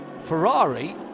Ferrari